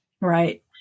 Right